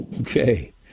Okay